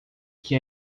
que